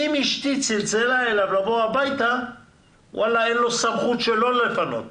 אם אשתי התקשרה אליו לבוא הביתה אין לו סמכות שלא לפנות,